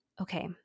okay